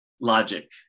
logic